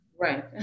Right